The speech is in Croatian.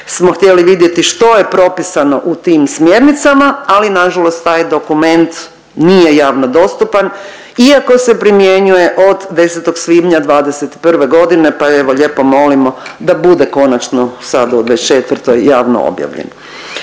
smo htjeli vidjeti što je propisano u tim smjernicama ali nažalost taj dokument nije javno dostupan iako se primjenjuje od 10. svibnja '21. godine pa evo lijepo molimo da bude konačno sad u '24. javno objavljen.